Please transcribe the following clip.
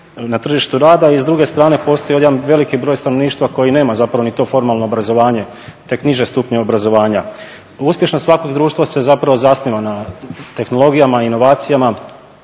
na tržištu rada. I s druge strane postoji ovdje jedan veliki broj stanovništva koji nema ni to formalno obrazovanje, tek niže stupnjeve obrazovanja. Uspješnost svakog društva se zapravo zasniva na tehnologijama, inovacijama